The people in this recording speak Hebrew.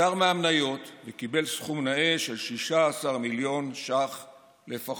נפטר מהמניות וקיבל סכום נאה של 16 מיליון ש"ח לפחות.